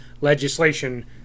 legislation